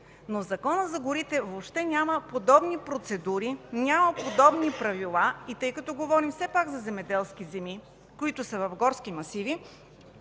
Но в Закона за горите въобще няма подобни процедури, няма подобни правила. И тъй като говорим все пак за земеделски земи, които са в горски масиви,